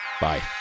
Bye